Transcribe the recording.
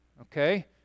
okay